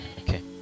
okay